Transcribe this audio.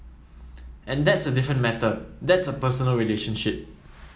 and that's a different matter that's a personal relationship